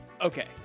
Okay